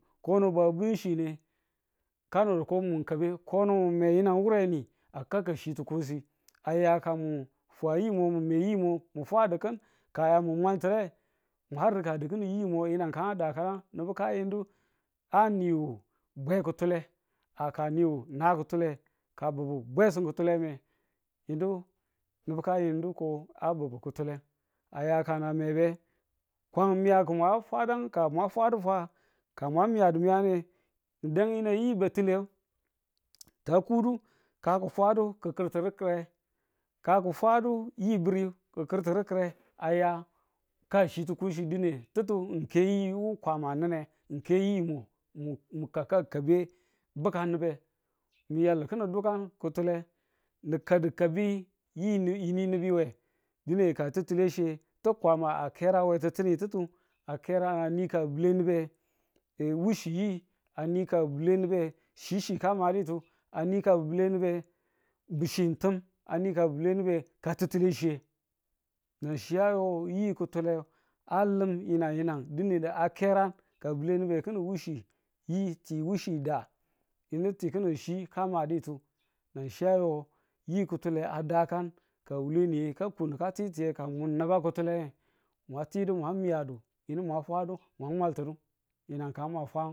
kono bwa binchine kano mun kabe kono mwan mwe nan wureniye a ka ka chi tu kusi a ya ka mun fwa yimo mun nwe yimo mu fwa di kin ka a ya mu mwalti̱be mwa rikadu ki̱nin yimo yi̱nang kandakaa nubu a yindu a niwu bwe kutule ka ka niwu na kutule ka bubu bwesim kutuleme yinu nubu ka yindu ko a bubu kutule aya ka na mebe, kwan miyaki̱mwa fwada ka mwa fadufwange ka mwa miyadu miyane mi̱ dang yinang yi bati̱le ka ku kwudu, ka ku fwadu, ki̱ kirtunu ki̱re. ka ku fwadu yi biri ki̱ kirti̱nu kere a ya ka chi ti̱kusi dine ti̱ttu ng ke yi wu kwama a ninne ng ke yimo. mu mun kaka kabe bukan nube miyal ki̱nin dukan kutule ni kabu kabi yini ini nubu we dine ka ti̱ttile chi ti̱ Kwama a kera we ti̱ttinitutu a kerang a ni kanan wule nubu ye wuchi yi a ni ka bule nube chi chi ka maditu a nika bi̱le nubuye bichi tim, a nika bile nubuye kaki̱tile chiye nan chi a yu yi kutule a lim yi̱nang yi̱nang dine di̱ a keran ka wule nubu ki̱nin wuchi yi ti wuchi da yini ti ki̱nin chi ka ma ditu na chi ayo yi kutule a dakang ka wuleniye ka kunu ka titiye ka mwan naba kutuleye mwa tidu mwa miyadu yinu mwa fwadu mwa mwaltunu yi̱nang kan ma fa.